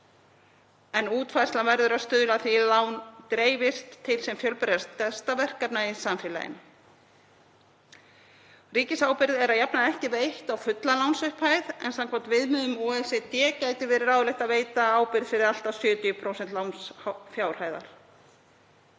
en útfærslan verður að stuðla að því að þau lán dreifist til sem fjölbreyttastra verkefna í samfélaginu. Ríkisábyrgð er að jafnaði ekki veitt á fulla lánsupphæð en samkvæmt viðmiðum OECD gæti verið ráðlegt að veita ábyrgð fyrir allt að 70% lánsfjárhæðar.